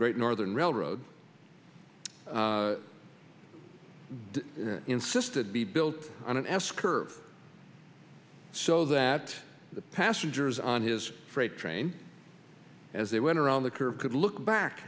great northern railroad did insisted be built on an s curve so that the passengers on his freight train as they went around the curve could look back